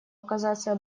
оказаться